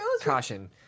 Caution